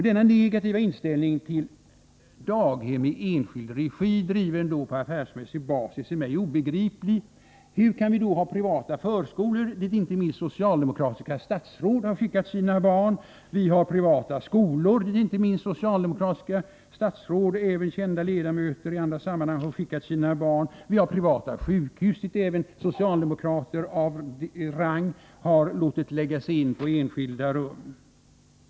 Denna negativa inställning till daghem i enskild regi drivna på affärsmässig basis är för mig obegriplig. Hur kan vi då ha privata förskolor, dit inte minst socialdemokratiska statsråd har skickat sina barn? Vi har privata skolor, dit 121 inte minst socialdemokratiska statsråd och kända ledamöter har skickat sina barn. Vi har privata sjukhus där även socialdemokrater av rang har låtit sig läggas in på enskilda rum.